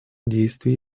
действий